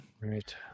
right